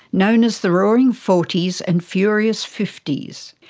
known as the roaring forties, and furious fifties